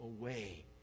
away